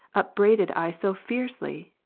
upbraided i so fiercely,